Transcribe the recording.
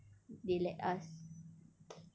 they let us